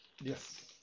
Yes